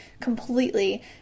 completely